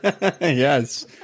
yes